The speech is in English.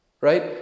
right